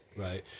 Right